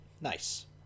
Nice